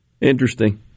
Interesting